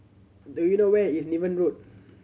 do you know where is Niven Road